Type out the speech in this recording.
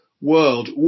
world